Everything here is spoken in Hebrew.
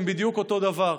הם בדיוק אותו דבר.